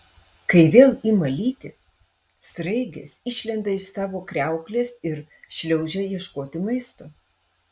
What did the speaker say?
kai vėl ima lyti sraigės išlenda iš savo kriauklės ir šliaužia ieškoti maisto